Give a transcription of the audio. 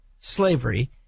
slavery